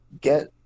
get